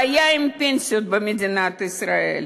בעיה עם פנסיות במדינת ישראל.